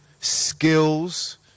skills